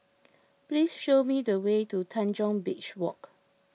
please show me the way to Tanjong Beach Walk